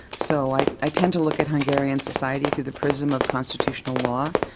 so i i tend to look at hungarian society through the prism of constitutional law,